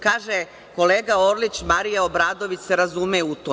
Kaže kolega Orlić – Marija Obradović se razume u to.